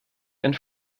and